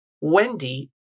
Wendy